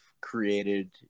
created